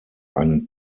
einen